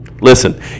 Listen